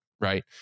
Right